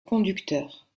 conducteur